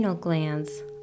glands